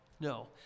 no